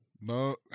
no